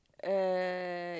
uh